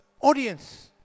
audience